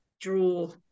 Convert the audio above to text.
draw